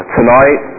tonight